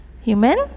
human